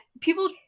people